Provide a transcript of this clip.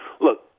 Look